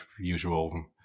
usual